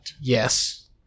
Yes